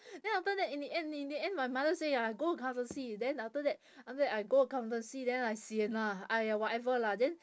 then after that in the end in the end my mother say ah go accountancy then after that after that I go accountancy then I sian ah !aiya! whatever lah then